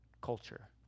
culture